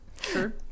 Sure